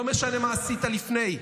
לא משנה מה עשית לפני,